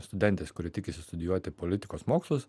studentės kuri tikisi studijuoti politikos mokslus